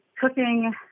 cooking